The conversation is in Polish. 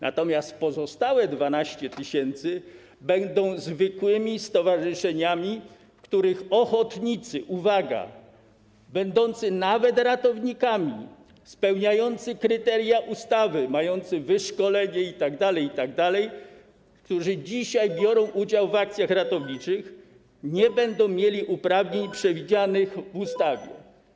Natomiast pozostałe 12 tys. będą zwykłymi stowarzyszeniami, w których ochotnicy, uwaga, będący nawet ratownikami, spełniający kryteria ustawy, mający wyszkolenie itd., itd., którzy dzisiaj biorą udział w akcjach ratowniczych, nie będą mieli uprawnień przewidzianych w ustawie.